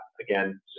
again